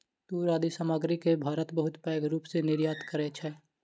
तूर आदि सामग्री के भारत बहुत पैघ रूप सॅ निर्यात करैत अछि